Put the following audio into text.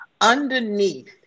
underneath